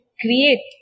create